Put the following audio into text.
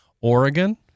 Oregon